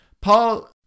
Paul